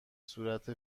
صورت